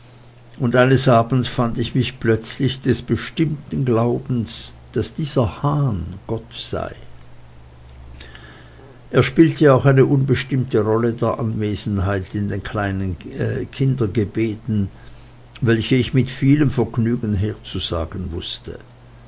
und eines abends fand ich mich plötzlich des bestimmten glaubens daß dieser hahn gott sei er spielte auch eine unbestimmte rolle der anwesenheit in den kleinen kindergebeten welche ich mit vielem vergnügen herzusagen wußte